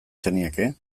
zenieke